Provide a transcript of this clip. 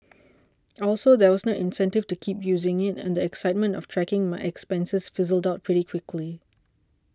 also there was no incentive to keep using it and the excitement of tracking my expenses fizzled out pretty quickly